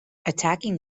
attacking